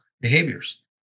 behaviors